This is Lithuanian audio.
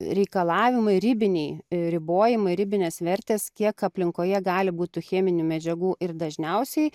reikalavimai ribiniai ribojimai ribinės vertės kiek aplinkoje gali būt tų cheminių medžiagų ir dažniausiai